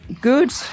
Good